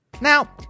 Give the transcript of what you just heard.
Now